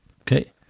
okay